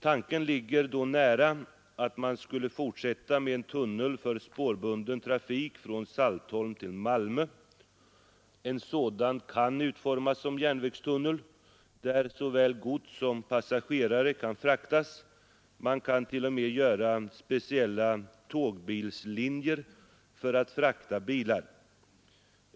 Tanken ligger då nära att man skulle fortsätta med en tunnel för spårbunden trafik från Saltholm till Malmö. En sådan kan utformas som en järnvägstunnel där såväl gods som passagerare kan fraktas. Man kan t.o.m. göra speciella biltågslinjer för att frakta bilar.